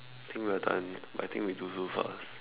think we are done but I think we do too fast